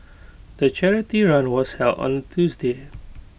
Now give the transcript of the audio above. the charity run was held on Tuesday